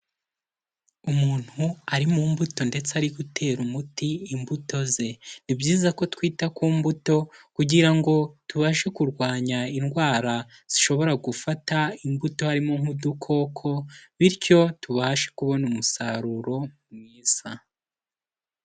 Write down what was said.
Umuntu ari mu mbuto ndetse ari gutera umuti imbuto ze, ni byiza ko twita ku mbuto kugira ngo tubashe kurwanya indwara zishobora gufata imbuto harimo nk'udukoko, bityo tubashe kubona umusaruro mwiza.